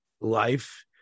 life